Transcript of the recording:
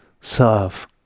serve